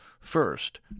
First